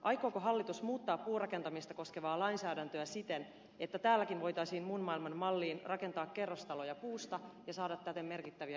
aikooko hallitus muuttaa puurakentamista koskevaa lainsäädäntöä siten että täälläkin voitaisiin muun maailman malliin rakentaa kerrostaloja puusta ja saada täten merkittäviä ilmastohyötyjä